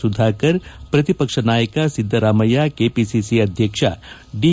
ಸುಧಾಕರ್ ಪ್ರತಿಪಕ್ಷ ನಾಯಕ ಸಿದ್ದರಾಮಯ್ಯ ಕೆಪಿಸಿಸಿ ಅಧ್ಯಕ್ಷ ದಿ